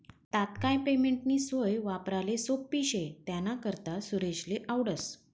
तात्काय पेमेंटनी सोय वापराले सोप्पी शे त्यानाकरता सुरेशले आवडस